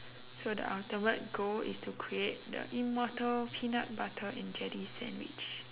so the ultimate goal is to create the immortal peanut butter and jelly sandwich